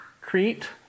Crete